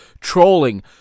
trolling